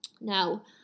Now